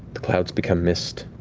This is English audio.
the clouds become mist,